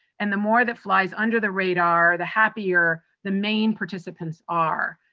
and the more that flies under the radar, the happier the main participants are.